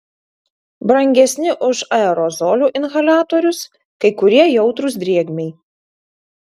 brangesni už aerozolių inhaliatorius kai kurie jautrūs drėgmei